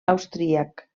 austríac